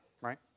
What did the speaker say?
right